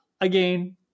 again